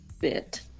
bit